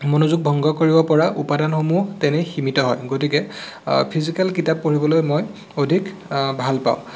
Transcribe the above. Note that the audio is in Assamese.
মনোযোগ ভংগ কৰিব পৰা উপাদানসমূহ তেনেই সীমিত হয় গতিকে ফিজিকেল কিতাপ পঢ়িবলৈ মই অধিক ভালপাওঁ